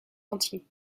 entier